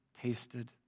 tasted